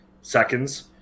seconds